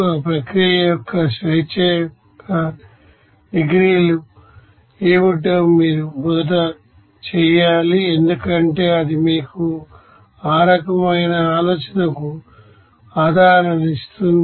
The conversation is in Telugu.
ఆ ప్రక్రియ యొక్క ప్రాసెస్ డిగ్రీస్ అఫ్ ఫ్రీడమ్ లు ఏమిటో మీరు మొదట చేయాలి ఎందుకంటే అది మీకు ఆ రకమైన ఆలోచనకు ఆధారాన్ని ఇస్తుంది